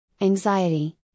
anxiety